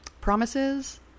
promises